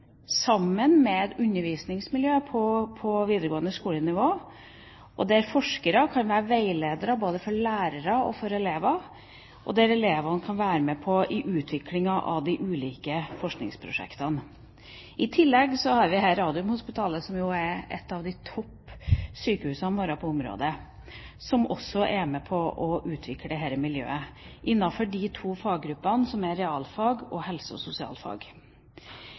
sammen med et undervisningsmiljø på videregående skolenivå, der forskere kan være veiledere både for lærere og elever, og der elevene kan være med på utviklingen av de ulike forskningsprosjektene. I tillegg har vi her Radiumhospitalet, som jo er et topp sykehus på området, som også er med på å utvikle dette miljøet innenfor de to faggruppene realfag og helse- og sosialfag.